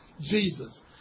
Jesus